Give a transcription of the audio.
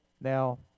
now